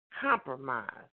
compromise